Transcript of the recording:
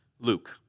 Luke